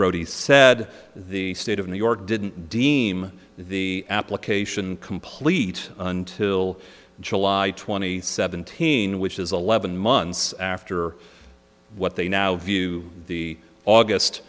brodie's said the state of new york didn't deem the application complete until july twenty seventeen which is a levin months after what they now view the august